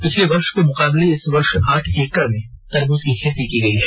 पिछले वर्ष को मुकाबले इस वर्ष आठ एकड़ में तरबूज की खेती की गयी है